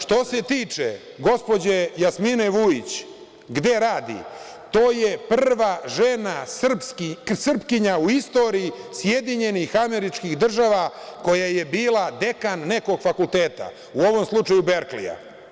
Što se tiče gospođe Jasmine Vujić, gde radi, to je prva žena Srpkinja u istoriji SAD-a koja je bila dekan nekog fakulteta, u ovom slučaju Berklija.